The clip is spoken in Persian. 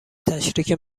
تشریک